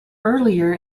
earlier